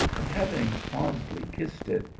and, having fondly kissed it,